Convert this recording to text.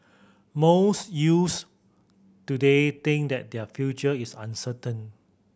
most youths today think that their future is uncertain